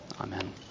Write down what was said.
Amen